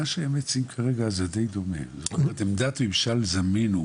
מה שאתה מציג כרגע זה דיי דומה לעמדת ממשל זמין.